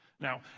Now